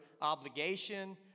obligation